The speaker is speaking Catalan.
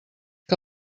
que